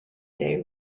day